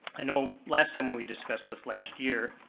i know last time when we discussed this, last year,